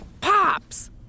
Pops